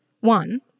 One